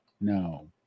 no